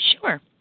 Sure